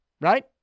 Right